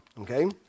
okay